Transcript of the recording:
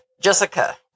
Jessica